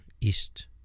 east